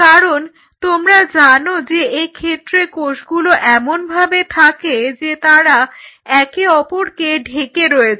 কারণ তোমরা জানো যে এক্ষেত্রে কোষগুলো এমনভাবে থাকে যে তারা একে অপরকে ঢেকে রয়েছে